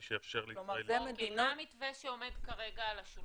שאפשר לישראלים -- מה המתווה שעומד כרגע על השולחן?